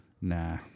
Nah